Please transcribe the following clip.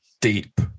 deep